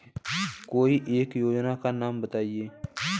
कोई एक योजना का नाम बताएँ?